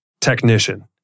technician